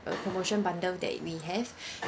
a promotion bundle that we have